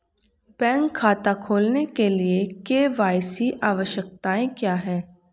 Bank खाता खोलने के लिए के.वाई.सी आवश्यकताएं क्या हैं?